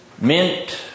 mint